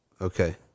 Okay